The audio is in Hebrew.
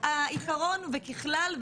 העיקרון וככלל,